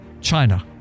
China